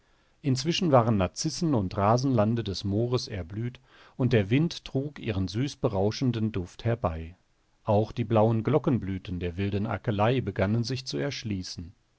inzwischen waren narzissen und rasenlande des moores erblüht und der wind trug ihren süßberauschenden duft herbei auch die blauen glockenblüten der wilden akelei begannen sich zu erschließen